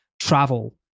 travel